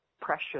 pressure